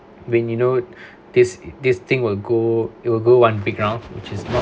when you know this this thing will go it will go one big round which is not